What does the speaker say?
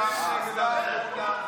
גם הם נגד הרפורמה.